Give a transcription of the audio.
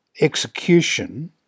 execution